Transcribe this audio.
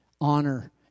honor